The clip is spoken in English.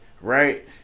Right